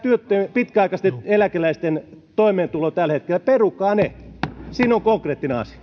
pitkäaikaisten eläkeläisten toimeentulon tällä hetkellä perukaa ne siinä on konkreettinen asia